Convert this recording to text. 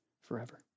forever